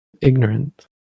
ignorant